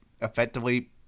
effectively